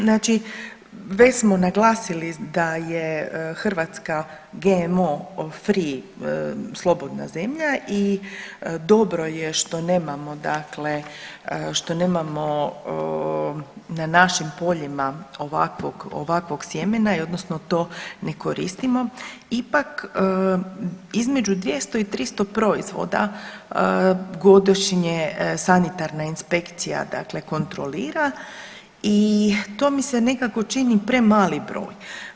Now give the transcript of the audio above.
Znači već smo naglasili da je Hrvatska GMO free slobodna zemlja i dobro je što nemamo dakle, što nemamo na našim poljima ovakvog, ovakvog sjemena i odnosno to ne koristimo ipak između 200 i 300 proizvoda godišnje sanitarna inspekcija dakle kontrolira i to mi se nekako čini premali broj.